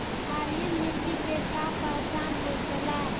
क्षारीय मिट्टी के का पहचान होखेला?